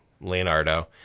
Leonardo